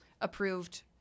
approved